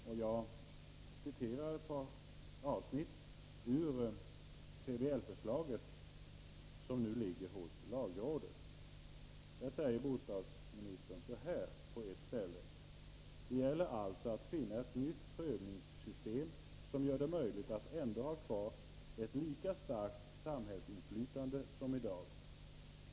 På s. 298 säger bostadsministern: ”Det gäller alltså att finna ett nytt prövningssystem som gör det möjligt att ändå ha kvar ett lika starkt samhällsinflytande som i dag.